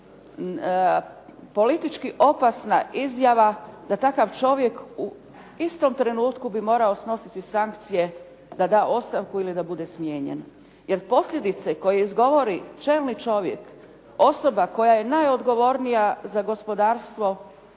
politički opasna izjava da takav čovjek u istom trenutku bi morao snositi sankcije da da ostavku ili da bude smijenjen jer posljedice koje izgovori čelni čovjek, osoba koja je najodgovornija za gospodarstvo,